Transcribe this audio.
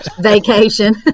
Vacation